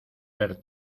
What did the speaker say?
ver